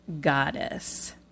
goddess